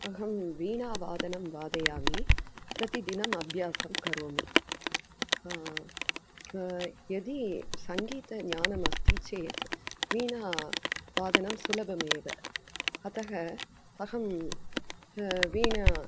अहं वीणावादनं वादयामि प्रतिदिनं अभ्यासं करोमि यदि सङ्गीतज्ञानम् अस्ति चेत् वीणावादनं सुलभमेव अतः अहं वीणा